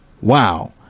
wow